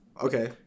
okay